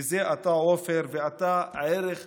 זה אתה, עופר, ואתה ערך מוסף.